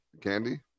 Candy